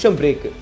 break